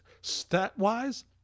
Stat-wise